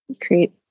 create